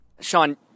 Sean